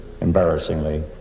embarrassingly